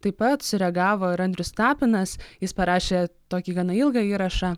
taip pat sureagavo ir andrius tapinas jis parašė tokį gana ilgą įrašą